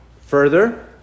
Further